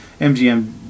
mgm